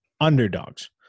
Underdogs